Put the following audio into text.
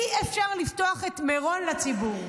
אי-אפשר לפתוח את מירון לציבור.